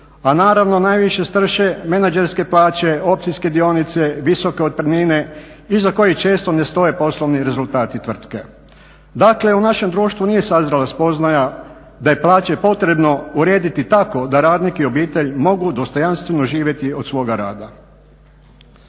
a naravno najviše strše menadžerske plaće, općinske dionice, visoke otpremnine iza koje često ne stoje poslovni rezultati tvrtke. Dakle, u našem društvu nije sazrela spoznaja da je plaće potrebno urediti tako da radnik i obitelj mogu dostojanstveno živjeti od svoga rada.